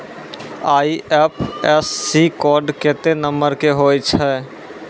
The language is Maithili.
आई.एफ.एस.सी कोड केत्ते नंबर के होय छै